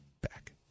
back